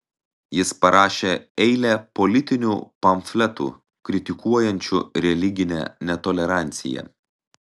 jis parašė eilę politinių pamfletų kritikuojančių religinę netoleranciją